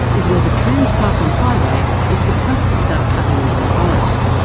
is where the trans papuan highway is supposed to start cutting into the forest.